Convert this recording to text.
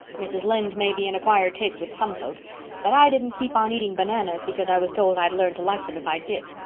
mrs. lynde may be an acquired taste with some folks but i didn't keep on eating bananas because i was told i'd learn to like them if i did,